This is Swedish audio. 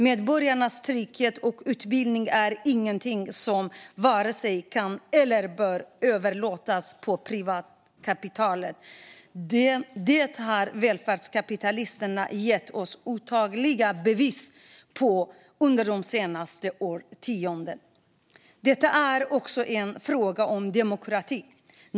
Medborgarnas trygghet och utbildning är ingenting som vare sig kan eller bör överlåtas på privatkapitalet, och det har välfärdskapitalisterna gett oss otaliga bevis på under de senaste årtiondena. Detta är också en fråga om demokrati.